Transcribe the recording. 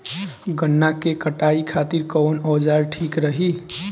गन्ना के कटाई खातिर कवन औजार ठीक रही?